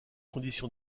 conditions